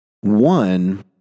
one